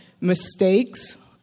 mistakes